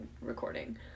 recording